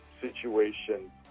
situation